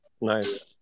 Nice